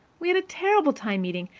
we had a terrible time meeting,